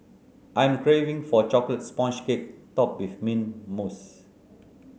I am craving for a chocolate sponge cake topped with mint mousse